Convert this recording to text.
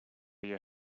your